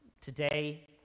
Today